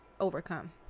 overcome